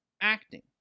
acting